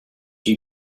you